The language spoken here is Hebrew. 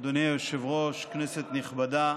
אדוני היושב-ראש, כנסת נכבדה,